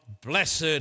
blessed